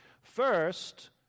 First